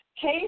case